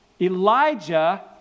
Elijah